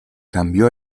cambió